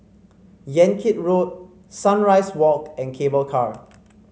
Yan Kit Road Sunrise Walk and Cable Car